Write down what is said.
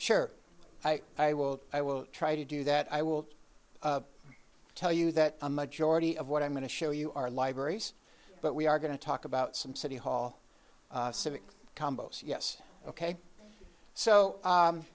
sure i will i will try to do that i will tell you that a majority of what i'm going to show you are libraries but we are going to talk about some city hall civic combo's yes ok so